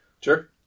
Sure